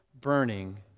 burning